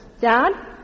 Dad